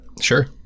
sure